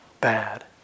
bad